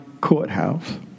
Courthouse